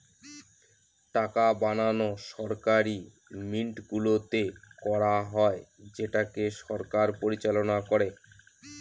টাকা বানানো সরকারি মিন্টগুলোতে করা হয় যেটাকে সরকার পরিচালনা করে